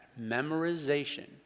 memorization